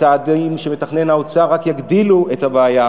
והצעדים שמתכנן האוצר רק יגדילו את הבעיה